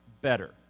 better